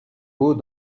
beau